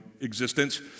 existence